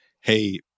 Hey